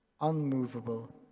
unmovable